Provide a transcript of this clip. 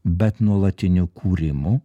bet nuolatiniu kūrimu